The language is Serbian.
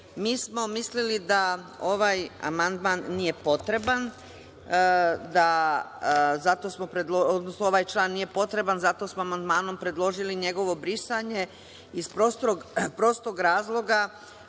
smo mislili da ovaj član nije potreban. Zato smo amandmanom predložili njegovo brisanje, iz prostog razloga